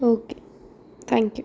okay thank you